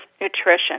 nutrition